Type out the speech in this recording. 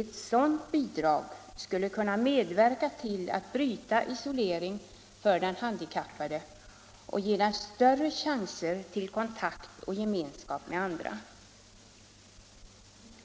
Ett sådant bidrag skulle kunna medverka till att bryta isoleringen för handikappade och ge dem större chanser till kontakt och gemenskap med andra.